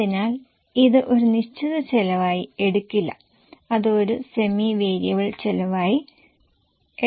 അതിനാൽ ഇത് ഒരു നിശ്ചിത ചെലവായി എടുക്കില്ല അത് ഒരു സെമി വേരിയബിൾ ചെലവായി എടുക്കാം